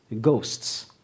Ghosts